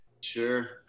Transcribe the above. Sure